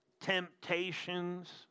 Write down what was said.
Temptations